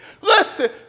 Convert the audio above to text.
Listen